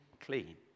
clean